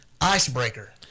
Icebreaker